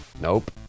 Nope